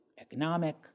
economic